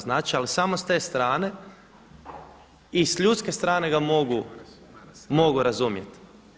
Znači, ali samo s te strane i s ljudske strane ga mogu razumjeti.